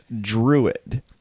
druid